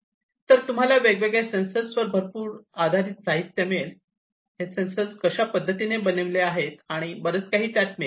तर तुम्हाला वेगवेगळ्या सेन्सर्स वर भरपूर साहित्य मिळेल हे सेन्सर्स कशा पद्धतीने बनविले आहे आणि बरंच काही त्यात मिळेल